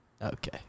Okay